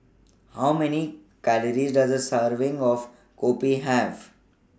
How Many Calories Does A Serving of Kopi Have